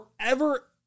forever